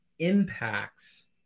impacts